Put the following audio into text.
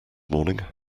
morning